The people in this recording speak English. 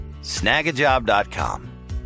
Snagajob.com